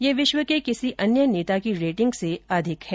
यह विश्व के किसी अन्य नेता की रेटिंग से अधिक है